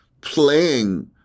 playing